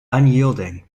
unyielding